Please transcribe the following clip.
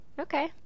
okay